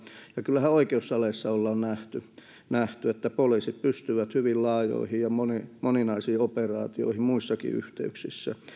ja kyllähän oikeussaleissa on nähty nähty että poliisit pystyvät hyvin laajoihin ja moninaisiin operaatioihin muissakin yhteyksissä